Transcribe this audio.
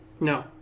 No